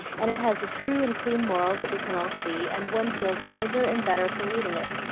and it has a true and clean moral that we can all see, and one feels wiser and better for reading it.